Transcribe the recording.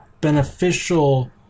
beneficial